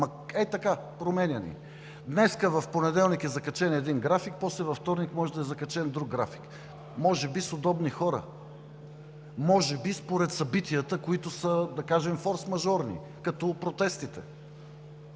Ей така, променяни! Днес, в понеделник, е закачен един график, после във вторник може да е закачен друг график, може би с удобни хора, може би според събитията, които са, да кажем, форсмажорни, като протестите.